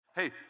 Hey